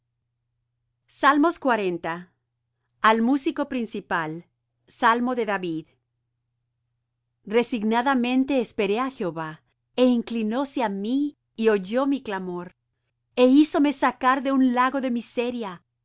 al músico principal salmo de david resignadamente esperé á jehová e inclinóse á mí y oyó mi clamor e hízome sacar de un lago de miseria